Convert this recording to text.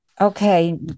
okay